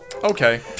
Okay